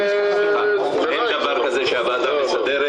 אין דבר כזה שהוועדה המסדרת